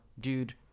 dude